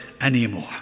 anymore